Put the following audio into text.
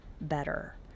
better